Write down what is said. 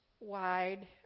wide